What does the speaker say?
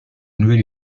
nouvelle